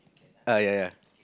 uh ya ya